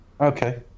Okay